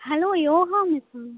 hello Yoga Misa